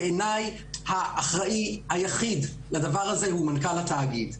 בעיניי האחראי היחיד לדבר הזה הוא מנכ"ל התאגיד.